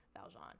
Valjean